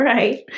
Right